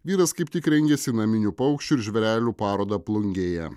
vyras kaip tik rengėsi naminių paukščių ir žvėrelių parodą plungėje